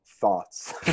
thoughts